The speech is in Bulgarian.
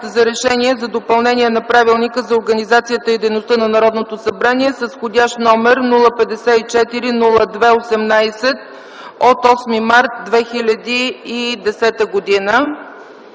за решение за допълнение на Правилника за организацията и дейността на Народното събрание с вх. № 054-02-18 от 8 март 2010 г.”